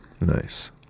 Nice